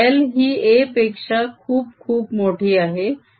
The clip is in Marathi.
L ही a पेक्षा खूप खूप मोठी आहे